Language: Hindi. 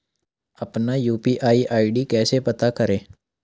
अपना यू.पी.आई आई.डी कैसे पता करें?